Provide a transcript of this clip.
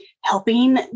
helping